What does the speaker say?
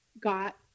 got